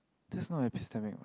that's not epistemic what